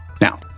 Now